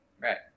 right